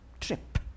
trip